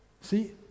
See